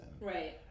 right